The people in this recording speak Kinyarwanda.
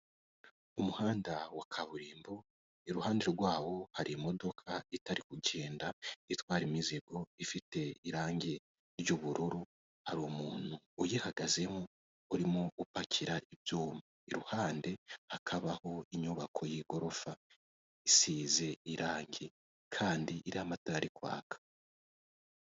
Umuhanda wa kaburimbo iruhande rwawo hari imodoka itari kugenda itwara imizigo ifite irangi ry'ubururu hari umuntu uyihagazemo urimo gupakira ibyuma iruhande hakabaho inyubako y'igorofa isize irangi kandi iriho amata ari kwaka.